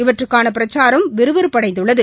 இவற்றுக்கானபிரக்சாரம் விறுவிறுப்படைந்துள்ளது